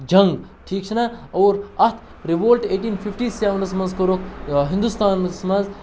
جنٛگ ٹھیٖک چھِنہ اور اَتھ رِوولٹہٕ ایٹیٖن فِفٹی سٮ۪ونَس منٛز کوٚرُکھ ہِندوستانَس منٛز